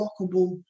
lockable